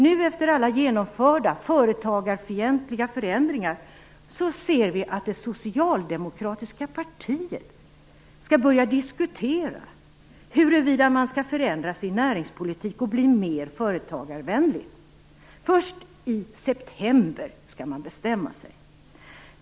Nu, efter alla genomförda företagarfientliga förändringar, ser vi att det socialdemokratiska partiet skall börja diskutera huruvida man skall förändra sin näringspolitik och bli mer företagarvänlig. Först i september skall man bestämma sig.